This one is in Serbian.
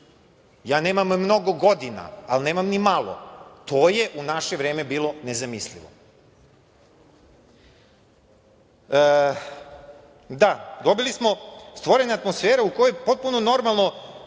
Ja nemam mnogo godina, ali nemam ni malo. To je u naše vreme bilo nezamislivo. Stvorena je atmosfera u kojoj je potpuno normalno,